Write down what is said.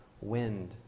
wind